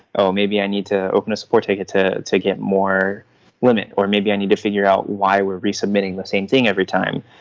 oh, maybe i need to open this four ticket to to get more limit, or maybe i need to figure out why we're resubmitting the same thing every time.